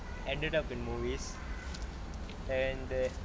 ended up in movies and there